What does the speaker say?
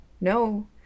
No